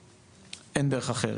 אין דרך אחרת.